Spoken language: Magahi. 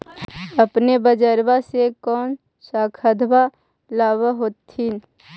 अपने बजरबा से कौन सा खदबा लाब होत्थिन?